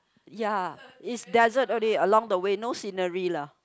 ya it's desert only along the way no scenery lah